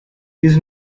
his